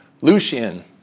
Lucian